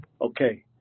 Okay